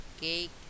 cake